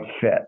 fit